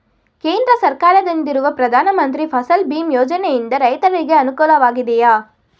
ಕೇಂದ್ರ ಸರ್ಕಾರದಿಂದಿರುವ ಪ್ರಧಾನ ಮಂತ್ರಿ ಫಸಲ್ ಭೀಮ್ ಯೋಜನೆಯಿಂದ ರೈತರಿಗೆ ಅನುಕೂಲವಾಗಿದೆಯೇ?